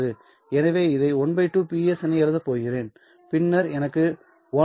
எனவே இதை 12 Ps என எழுதப் போகிறேன் பின்னர் எனக்கு 1 kʹm உள்ளது